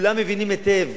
כולם מבינים היטב